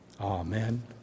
Amen